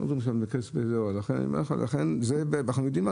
אנחנו יודעים,